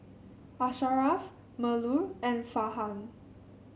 Asharaff Melur and Farhan